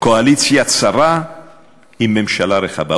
קואליציה צרה עם ממשלה רחבה.